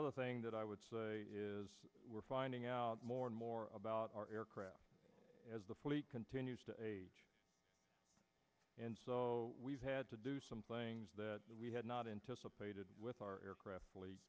other thing that i would say is we're finding out more and more about our aircraft as the fleet continues to age and so we've had to do some things that we had not anticipated with our aircraft